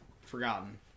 forgotten